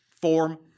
form